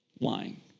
lying